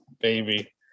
baby